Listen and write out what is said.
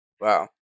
Wow